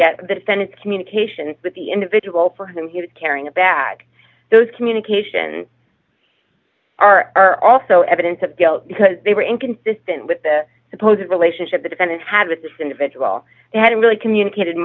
yet the defendant's communication with the individual for him he was carrying a bag those communications are also evidence of guilt because they were inconsistent with the supposed relationship the defendant had with this individual had really communicated